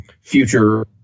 future